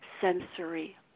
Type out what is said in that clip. sensory